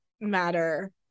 matter